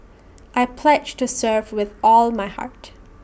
I pledge to serve with all my heart